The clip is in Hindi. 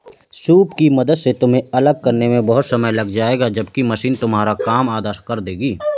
सूप की मदद से तुम्हें अलग करने में बहुत समय लग जाएगा जबकि मशीन तुम्हारा काम आधा कर देगी